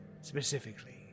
Specifically